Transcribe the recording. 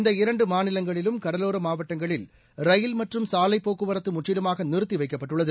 இந்த இரண்டு மாநிலங்களிலும் கடலோர மாவட்டங்களில் ரயில் மற்றும் சாலை போக்குவரத்து முற்றிலுமாக நிறுத்தி வைக்கப்ட்டுள்ளது